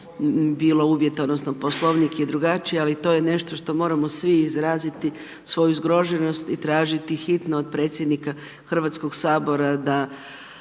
bilo uvjeta, odnosno Poslovnik je drugačiji ali to je nešto što moramo svi izraziti svoju zgroženost i tražiti hitno od predsjednika Hrvatskog sabora vidi